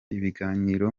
ibiganiro